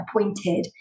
Appointed